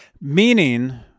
meaning